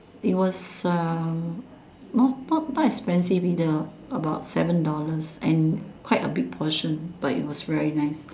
it was a not not expensive is about seven dollars and quite a big portion but it was very nice